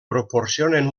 proporcionen